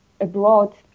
abroad